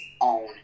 own